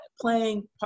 playing